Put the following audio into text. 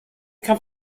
come